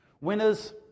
Winners